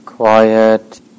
Quiet